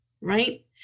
Right